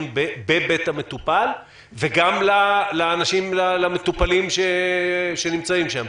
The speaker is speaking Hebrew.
בבית המטופל וגם למטופלים שנמצאים שם,